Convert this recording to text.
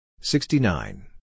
sixty-nine